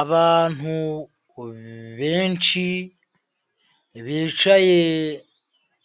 Abantu benshi bicaye